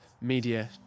Media